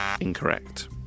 Incorrect